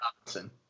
Robinson